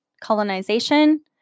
colonization